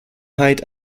height